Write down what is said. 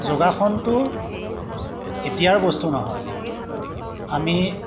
যোগাসনটো এতিয়াৰ বস্তু নহয় আমি